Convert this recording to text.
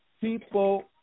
people